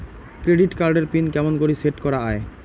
Credit card এর pin কেমন করি সেট করা য়ায়?